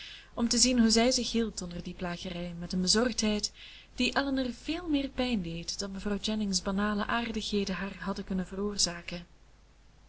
om te zien hoe zij zich hield onder die plagerij met een bezorgdheid die elinor veel meer pijn deed dan mevrouw jennings banale aardigheden haar hadden kunnen veroorzaken